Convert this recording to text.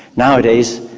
nowadays,